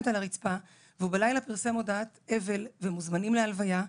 על הרצפה והוא בלילה פרסם מודעת אבל ומוזמנים להלוויה שלה,